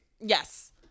Yes